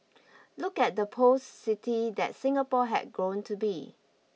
look at the post city that Singapore had grown to be